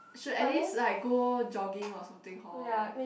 should at least like go jogging or something hor